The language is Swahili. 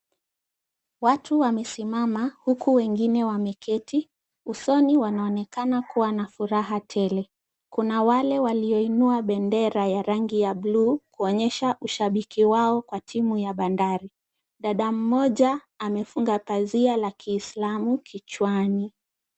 Watu wamesimama huku wengine wameketi. Usoni wanaonekana kuwa na furaha tele. Kuna wale walioinua bendera ya rangi ya blue , kuonyesha ushabiki wao kwa timu ya bandari. Dada mmoja amefunga pazia la kiislamu kichwani.